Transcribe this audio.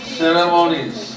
ceremonies